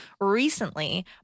Recently